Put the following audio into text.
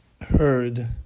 heard